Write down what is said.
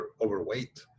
overweight